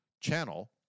channel